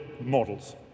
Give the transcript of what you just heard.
models